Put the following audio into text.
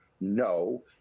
no